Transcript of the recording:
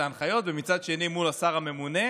את ההנחיות ומצד שני מול השר הממונה,